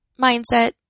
mindset